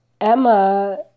Emma